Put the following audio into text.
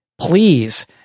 please